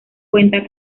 cuenta